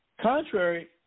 Contrary